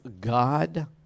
God